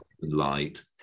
light